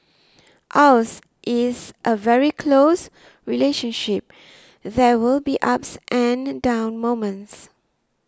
ours is a very close relationship there will be ups and down moments